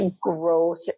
growth